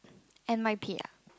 N_Y_P ah